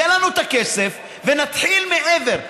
יהיה לנו את הכסף ונתחיל מעבר.